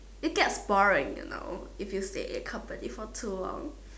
it gets boring you know if you stay in company for too long